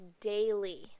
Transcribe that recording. daily